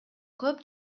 көп